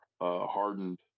hardened